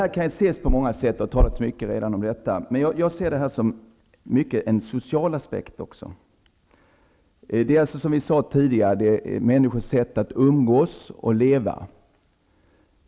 Detta kan ses ur många synvinklar, och mycket har redan sagts. Jag ser emellertid det här mycket ur den sociala aspekten. Precis som vi sagt tidigare handlar det om människors sätt att leva och umgås.